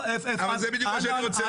אבל זה בדיוק מה שאני רוצה.